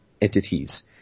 entities